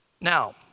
Now